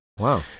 Wow